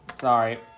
sorry